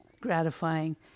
gratifying